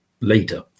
later